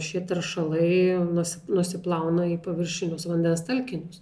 šie teršalai nusi nusiplauna į paviršinius vandens telkinius